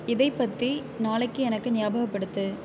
இதைப் பற்றி நாளைக்கு எனக்கு ஞாபகப்படுத்து